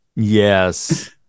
yes